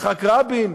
יצחק רבין,